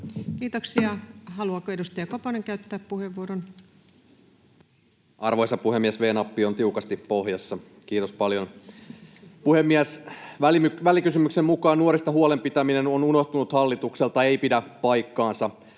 Kiitoksia. — Haluaako edustaja Koponen käyttää puheenvuoron? [Ari Koponen: Arvoisa puhemies, V-nappi on tiukasti pohjassa — kiitos paljon!] Puhemies! Välikysymyksen mukaan nuorista huolen pitäminen on unohtunut hallitukselta — ei pidä paikkaansa.